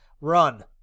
Run